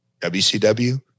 WCW